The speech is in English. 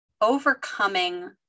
overcoming